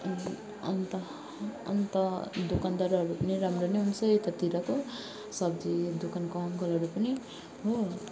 अन्त अन्त अन्त दोकानदारहरू पनि राम्रो नै हुन्छ यतातिरको सब्जी दोकानको अङ्कलहरू पनि हो